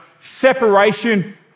separation